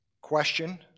question